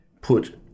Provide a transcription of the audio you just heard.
put